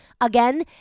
again